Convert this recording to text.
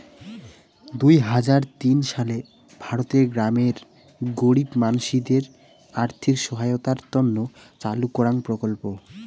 দুই হাজার তিন সালে ভারতের গ্রামের গরীব মানসিদের আর্থিক সহায়তার তন্ন চালু করাঙ প্রকল্প